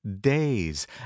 days